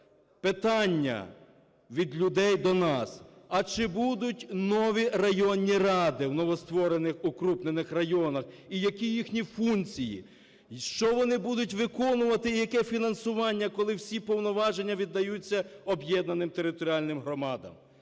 Питання від людей до нас: а чи будуть нові районні ради в новостворених укрупнених районах і які їхні функції; що вони будуть виконувати і яке фінансування, коли всі повноваження віддаються об'єднаним територіальним громадам.